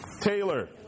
Taylor